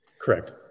Correct